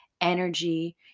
energy